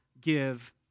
give